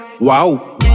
Wow